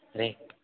rate